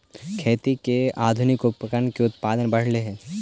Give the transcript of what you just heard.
खेती में आधुनिक उपकरण से उत्पादकता बढ़ले हइ